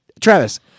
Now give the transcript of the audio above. Travis